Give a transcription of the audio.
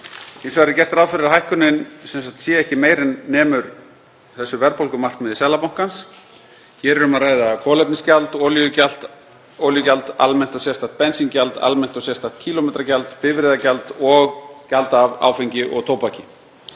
vegar er gert ráð fyrir að hækkunin sé ekki meiri en nemur þessu verðbólgumarkmiði Seðlabankans. Hér er um að ræða kolefnisgjald, olíugjald, almennt og sérstakt bensíngjald, almennt og sérstakt kílómetragjald, bifreiðagjald og gjald af áfengi og tóbaki.